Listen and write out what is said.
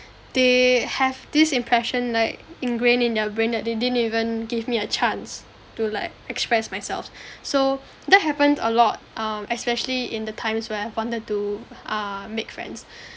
they have this impression like ingrained in their brain that they didn't even give me a chance to like express myself so that happens a lot um especially in the times where I wanted to err make friends